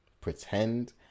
Pretend